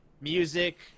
music